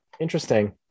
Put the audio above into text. interesting